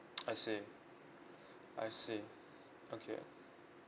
I see I see okay